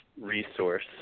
resource